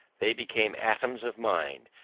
they became atoms of mind,